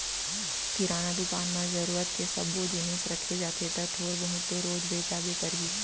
किराना दुकान म जरूरत के सब्बो जिनिस रखे जाथे त थोर बहुत तो रोज बेचाबे करही